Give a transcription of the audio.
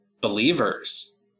believers